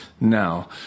now